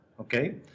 okay